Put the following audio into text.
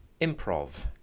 improv